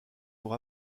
pour